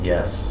Yes